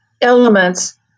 elements